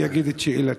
ואשאל את שאלתי.